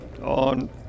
on